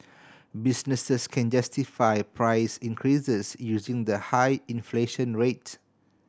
businesses can justify price increases using the high inflation rate